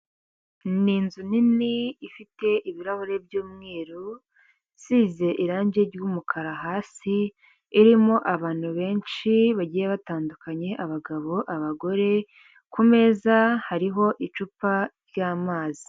Ni inzu nini ifite ibirahuri by'umweru isize irangi ry'umukara hasi irimo abantu benshi bagiye batandukanye, abagabo, abagore, kumeza hariho icupa ryamazi.